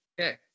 okay